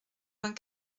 vingt